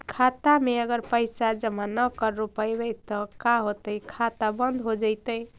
खाता मे अगर पैसा जमा न कर रोपबै त का होतै खाता बन्द हो जैतै?